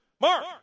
Mark